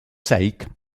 sake